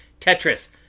Tetris